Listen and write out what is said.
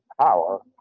power